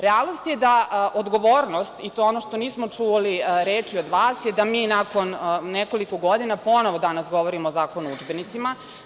Realnost je da, odgovornost i to je ono što nismo čuli reči od vas da mi nakon nekoliko godina ponovo danas govorimo o Zakonu o udžbenicima.